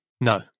No